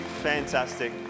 Fantastic